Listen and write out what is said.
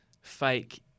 fake